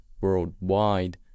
worldwide